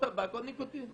או ניקוטין".